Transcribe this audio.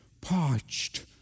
parched